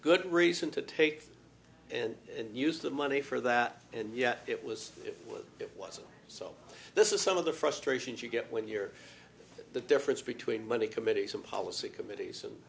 good reason to take and use the money for that and yet it was it wasn't so this is some of the frustrations you get when you're the difference between money committees and policy committees and